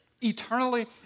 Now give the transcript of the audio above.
eternally